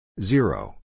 Zero